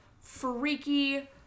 freaky